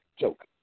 joke